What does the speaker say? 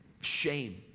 shame